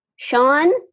Sean